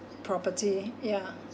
property yeah